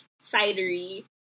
Cidery